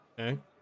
Okay